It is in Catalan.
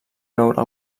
beure